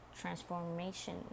transformation